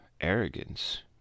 arrogance